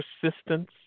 Persistence